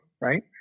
right